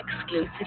exclusive